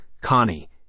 Connie